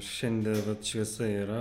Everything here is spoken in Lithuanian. šiandie vat šviesa yra